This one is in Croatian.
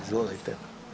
Izvolite.